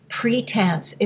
pretense